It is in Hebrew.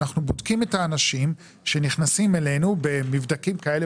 אנחנו בודקים את האנשים שנכנסים אלינו במבדקים כאלה